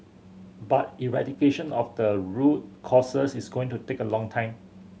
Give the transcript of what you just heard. but eradication of the root causes is going to take a long time